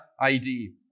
ID